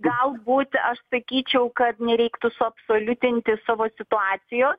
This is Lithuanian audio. galbūt aš sakyčiau kad nereiktų suabsoliutinti savo situacijos